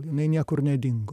jinai niekur nedingo